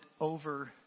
over